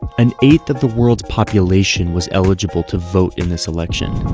an eighth of the world's population was eligible to vote in this election.